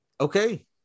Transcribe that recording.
Okay